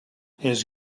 his